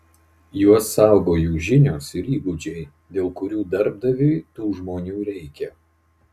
juos saugo jų žinios ir įgūdžiai dėl kurių darbdaviui tų žmonių reikia